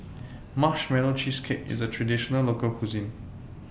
Marshmallow Cheesecake IS A Traditional Local Cuisine